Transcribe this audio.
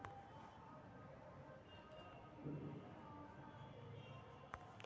राघव के कृषि उत्पादक के डिजिटलीकरण करे ला पसंद हई